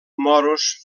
moros